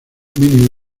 mini